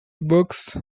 books